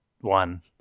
one